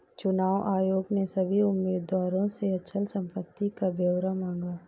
चुनाव आयोग ने सभी उम्मीदवारों से अचल संपत्ति का ब्यौरा मांगा